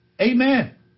Amen